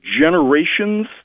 generations